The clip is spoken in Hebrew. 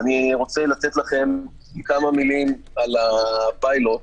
אני רוצה לתת לכם כמה מילים על הפיילוט.